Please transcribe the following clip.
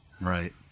Right